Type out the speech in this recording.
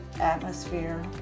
atmosphere